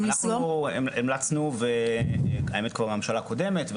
אנחנו המלצנו כבר לממשלה הקודמת,